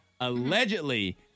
Allegedly